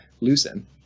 loosen